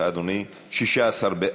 התשע"ז 2016,